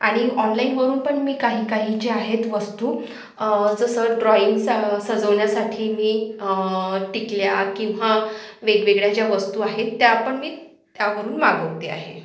आणि ऑणलाईनवरून पण मी काही काही जे आहेत वस्तू जसं ट्रॉईंगचा सजवण्यासाठी मी टिकल्या किंवा वेगवेगळ्या ज्या वस्तू आहेत त्यापण मी त्यावरून मागवते आहे